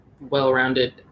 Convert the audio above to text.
well-rounded